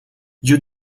you